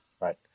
right